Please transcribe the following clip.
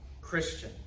Christian